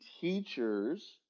teachers